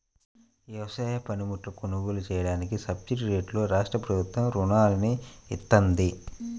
వ్యవసాయ పనిముట్లు కొనుగోలు చెయ్యడానికి సబ్సిడీరేట్లలో రాష్ట్రప్రభుత్వం రుణాలను ఇత్తంది